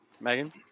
megan